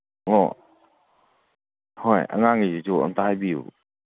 ꯑꯣ ꯍꯣꯏ ꯑꯉꯥꯡꯒꯤꯁꯤꯁꯨ ꯑꯃꯨꯛꯇ ꯍꯥꯏꯕꯤꯌꯨ